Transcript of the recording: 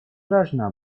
должна